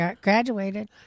Graduated